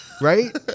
Right